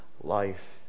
life